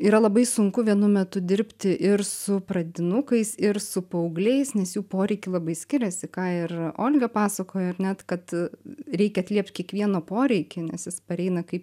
yra labai sunku vienu metu dirbti ir su pradinukais ir su paaugliais nes jų poreikiai labai skiriasi ką ir olga pasakojo ar net kad reikia atliept kiekvieno poreikį nes jis pareina kaip